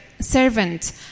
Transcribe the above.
servant